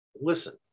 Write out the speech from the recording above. Listen